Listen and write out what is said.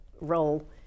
role